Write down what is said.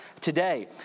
today